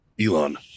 elon